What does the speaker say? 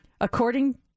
according